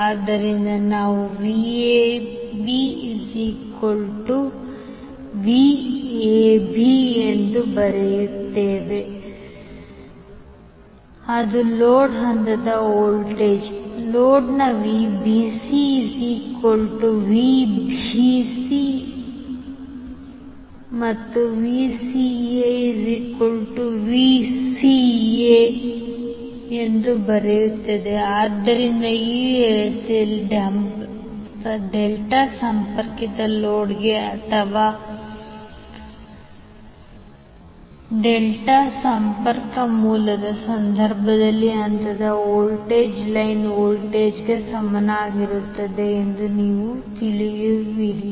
ಆದ್ದರಿಂದ ನಾವು 𝐕𝑎𝑏 𝐕𝐴𝐵 ಎಂದು ಬರೆಯಬಹುದು ಅದು ಲೋಡ್ ಹಂತದ ವೋಲ್ಟೇಜ್ ಲೋಡ್ನ 𝐕𝑏𝑐 𝐕𝐵𝐶 ಮತ್ತು VcaVCA ಆದ್ದರಿಂದ ಈ ವ್ಯವಸ್ಥೆಯಲ್ಲಿ ಡೆಲ್ಟಾ ಸಂಪರ್ಕಿತ ಲೋಡ್ ಅಥವಾ ಡೆಲ್ಟಾ ಸಂಪರ್ಕ ಮೂಲದ ಸಂದರ್ಭದಲ್ಲಿ ಹಂತದ ವೋಲ್ಟೇಜ್ ಲೈನ್ ವೋಲ್ಟೇಜ್ಗೆ ಸಮಾನವಾಗಿರುತ್ತದೆ ಎಂದು ನೀವು ತಿಳಿಯುವಿರಿ